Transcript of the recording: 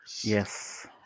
Yes